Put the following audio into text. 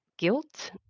guilt